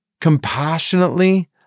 compassionately